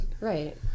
Right